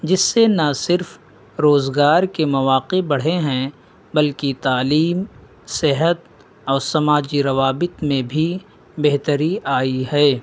جس سے نہ صرف روزگار کے مواقع بڑھے ہیں بلکہ تعلیم صحت اور سماجی روابط میں بھی بہتری آئی ہے